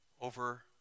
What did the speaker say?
over